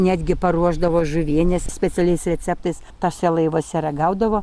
netgi paruošdavo žuvienės specialiais receptais tuose laivuose ragaudavo